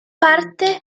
parte